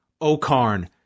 Okarn